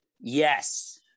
Yes